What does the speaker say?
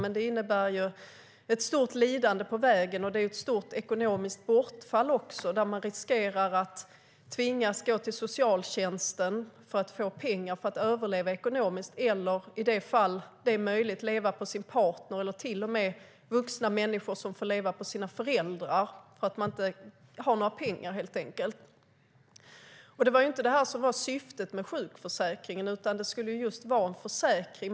Men det innebär ett stort lidande på vägen och också ett stort ekonomiskt bortfall där de riskerar att tvingas att gå till socialtjänsten för att få pengar för att överleva ekonomiskt, eller i det fall det är möjligt leva på sin partner, eller till och med vuxna människor som får leva på sina föräldrar för att de helt enkelt inte har några pengar. Det var inte syftet med sjukförsäkringen. Det skulle just vara en försäkring.